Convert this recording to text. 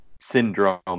syndrome